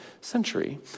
century